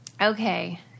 Okay